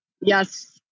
Yes